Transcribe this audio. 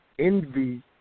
Envy